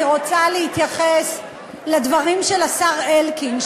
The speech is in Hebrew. אני רוצה להתייחס לדברים של השר אלקין.